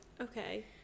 Okay